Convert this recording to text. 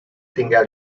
tinggal